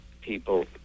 people